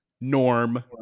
Norm